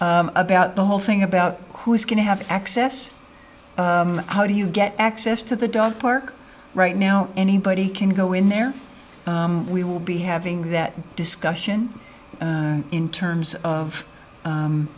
about the whole thing about who is going to have access how do you get access to the dog park right now anybody can go in there we will be having that discussion in terms of